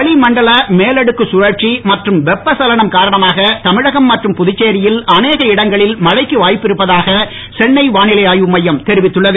வளிமண்டல மேலடக்கு கழற்சி மற்றும் வெப்பச்சலனம் காரணமாக தமிழகம் மற்றும் புதுச்சேரியில் அநேக இடங்களில் மழைக்கு வாய்ப்பிருப்பதாக சென்னை வானிலை ஆய்வு மையம் தெரிவித்துள்ளது